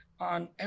on